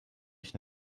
ich